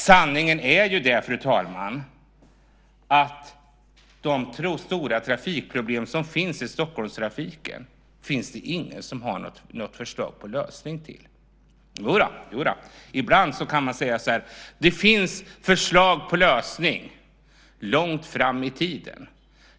Sanningen är den, fru talman, att det inte finns någon som har förslag till lösning på de stora problem som finns i Stockholmstrafiken. Jo, ibland sägs det att det finns förslag till lösning - långt fram i tiden.